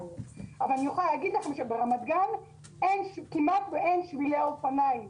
אבל אני יכולה להגיד לכם שברמת גן כמעט ואין שבילי אופניים,